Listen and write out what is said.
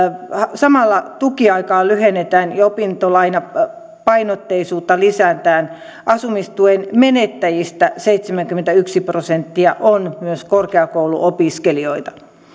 samalla tukiaikaa lyhennetään ja opintolainapainotteisuutta lisätään myös asumistuen menettäjistä seitsemänkymmentäyksi prosenttia on korkeakouluopiskelijoita